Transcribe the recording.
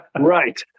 Right